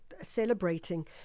celebrating